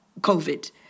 COVID